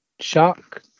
shock